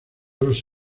los